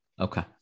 Okay